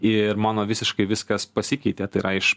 ir mano visiškai viskas pasikeitė tai yra iš